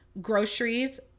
groceries